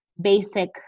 basic